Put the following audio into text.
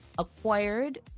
acquired